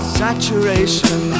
saturation